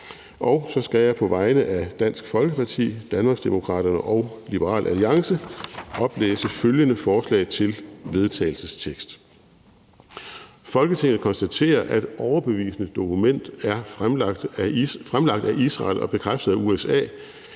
Så skal jeg på vegne af Dansk Folkeparti, Danmarksdemokraterne og Liberal Alliance oplæse følgende: Forslag til vedtagelse »Folketinget konstaterer, at overbevisende dokumentation fremlagt af Israel og bekræftet af USA